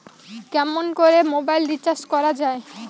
কেমন করে mobile recharge করা য়ায়?